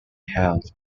held